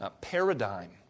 paradigm